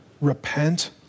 Repent